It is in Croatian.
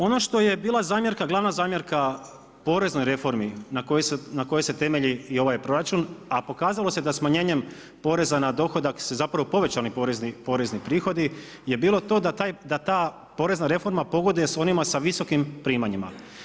Ono što je bila zamjerka, glavna zamjerka poreznoj reformi na kojoj se temelji i ovaj proračun, a pokazalo se da smanjenjem poreza na dohodak su zapravo povećani porezni prihodi je bilo to da ta porezna reforma pogoduje onima s visokim primanjima.